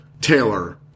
Taylor